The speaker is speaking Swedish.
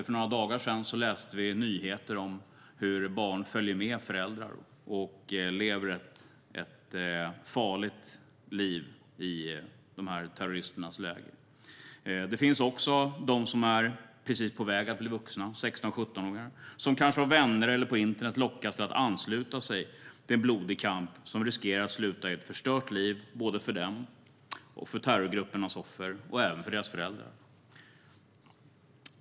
För några dagar sedan läste vi nyheter om hur barn följer med sina föräldrar och lever ett farligt liv i terroristernas läger. Det finns också de som är precis på väg att bli vuxna, 16-17-åringar, som av vänner eller på internet lockats att ansluta sig till en blodig kamp som riskerar att sluta i ett förstört liv både för dem, för deras föräldrar och för terrorgruppernas offer.